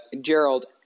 Gerald